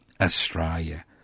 Australia